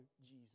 Jesus